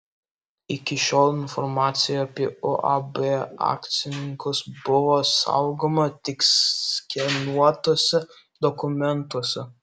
iki šiol informacija apie uab akcininkus buvo saugoma tik skenuotuose dokumentuose